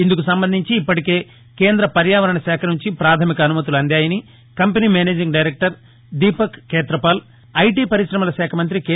ఇందుకు సంబంధించి ఇప్పటికే కేంద్ర పర్యావరణ శాఖ నుంచి పాధమిక అనుమతులు అందాయని company managing director Deepak Khetapal IT పరిశమల శాఖ మం్తి కె